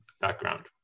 background